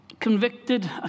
Convicted